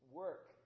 work